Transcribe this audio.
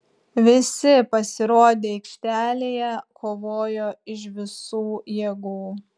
visi pasirodę aikštelėje kovojo iš visų jėgų